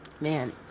Man